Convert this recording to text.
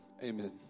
Amen